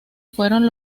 fueron